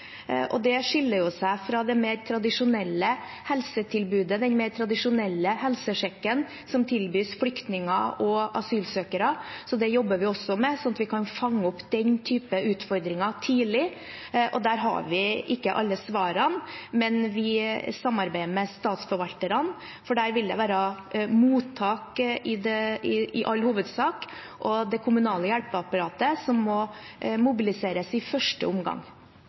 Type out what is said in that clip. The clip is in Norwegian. og det skiller seg fra det mer tradisjonelle helsetilbudet, den mer tradisjonelle helsesjekken som tilbys flyktninger og asylsøkere. Så det jobber vi også med, sånn at vi kan fange opp den typen utfordringer tidlig. Der har vi ikke alle svarene, men vi samarbeider med statsforvalterne, for det vil i all hovedsak være mottak og det kommunale hjelpeapparatet som må mobiliseres i første omgang.